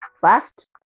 First